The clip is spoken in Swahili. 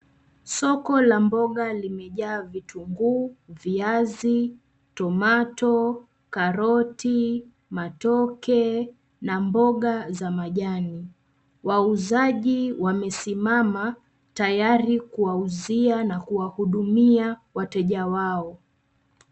Soko la mboga limejaa vitunguu, viazi, tomato, karoti, matoke na mboga za majani. Wauzaji wamesimama tayari kuwauzia na kuwahudumia wateja wao.